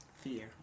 fear